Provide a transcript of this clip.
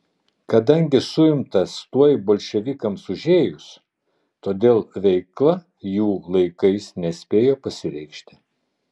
kadangi suimtas tuoj bolševikams užėjus todėl veikla jų laikais nespėjo pasireikšti